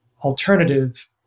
alternative